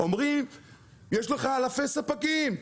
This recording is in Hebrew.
אומרים יש לך אלפי ספקים,